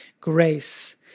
grace